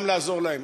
גם לעזור להם.